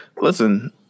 listen –